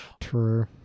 True